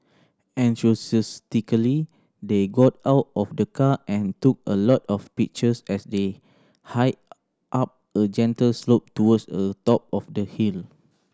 enthusiastically they got out of the car and took a lot of pictures as they hiked up a gentle slope towards a top of the hill